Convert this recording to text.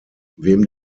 wem